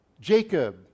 Jacob